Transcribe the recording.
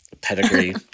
Pedigree